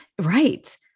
Right